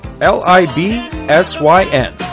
L-I-B-S-Y-N